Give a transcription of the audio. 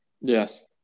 Yes